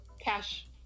cash